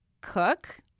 cook